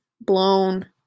Blown